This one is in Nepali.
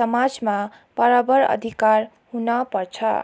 समाजमा बराबर अधिकार हुनपर्छ